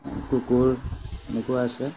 কুকুৰ মেকুৰ আছে